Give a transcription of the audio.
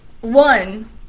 one